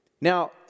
Now